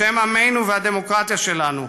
בשם עמנו והדמוקרטיה שלנו,